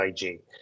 IG